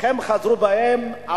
הם חזרו בהם.